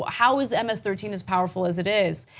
how is ms thirteen is powerful as it is?